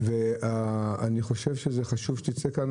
אני חושב שחשוב שתצא כאן,